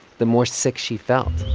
the more sick she felt